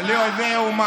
תתבייש לך.